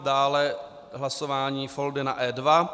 Dále hlasování Foldyna E2.